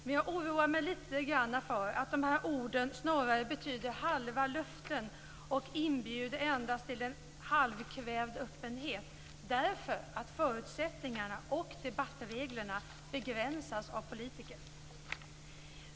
Men jag oroar mig lite för att dessa ord snarast betyder halva löften och endast inbjuder till en halvkvävd öppenhet, eftersom förutsättningarna och debattreglerna begränsas av politiker.